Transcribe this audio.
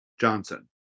Johnson